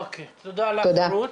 תודה לך, רות.